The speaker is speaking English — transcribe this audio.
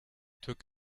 took